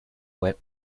wet